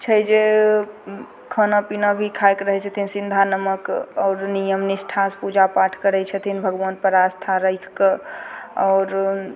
छै जे खाना पीना भी खायके रहै छथिन सिन्धा नकम आओर नियम निष्ठासँ पूजापाठ करै छथिन भगवान पर आस्था राखि कऽ आओर